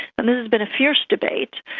and this has been a fierce debate.